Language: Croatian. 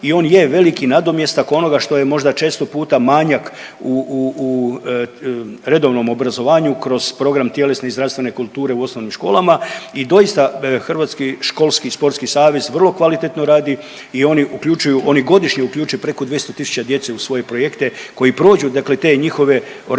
I on je veliki nadomjestak onoga što je možda često puta manjak u redovnom obrazovanju kroz program tjelesne i zdravstvene kulture u osnovnim školama. I doista Hrvatski školski sportski savez vrlo kvalitetno radi i oni uključuju, oni godišnje uključe preko 200 000 djece u svoje projekte koji prođu, dakle te njihove organizirane